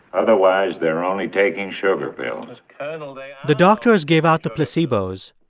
otherwise, they're only taking sugar pills and and and like the doctors gave out the placebos,